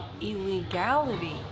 illegality